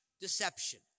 deception